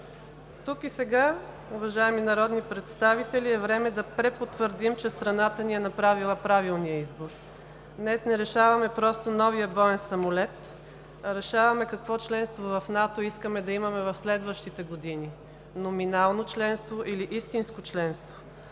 Тук и сега, уважаеми народни представители, е време да препотвърдим, че страната ни е направила правилния избор. Днес не решаваме просто новия боен самолет, а решаваме какво членство в НАТО искаме да имаме в следващите години – номинално членство или истинско членство?